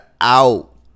out